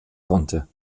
konnte